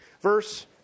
Verse